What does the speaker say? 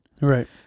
right